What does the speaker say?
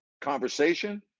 conversation